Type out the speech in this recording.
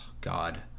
God